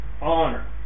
honor